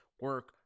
Work